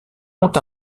ont